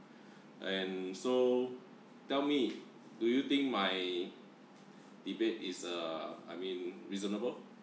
and so tell me do you think my debate is err I mean reasonable